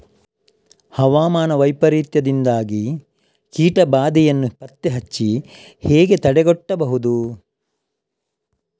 ಹವಾಮಾನ ವೈಪರೀತ್ಯದಿಂದಾಗಿ ಕೀಟ ಬಾಧೆಯನ್ನು ಪತ್ತೆ ಹಚ್ಚಿ ಹೇಗೆ ತಡೆಗಟ್ಟಬಹುದು?